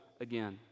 again